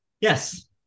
Yes